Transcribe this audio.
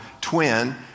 Twin